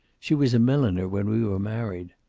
she was a milliner when we were married.